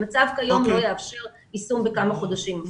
המצב כיום לא יאפשר יישום בכמה חודשים.